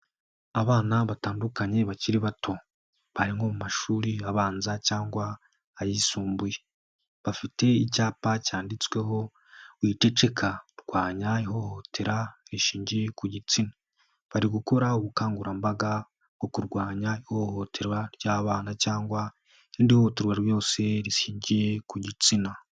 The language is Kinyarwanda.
Abana batandukanye bakiri bato bari nko mu mashuri abanza cyangwa ayisumbuye, bafite icyapa cyanditseho wiceceka rwanya ihohotera rishingiye ku gitsina. Bari gukora ubukangurambaga bwo kurwanya ihohoterwa ry'abana cyangwa i hohoterwa ryose rishingiye ku gitsina.